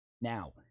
Now